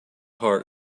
heart